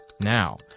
Now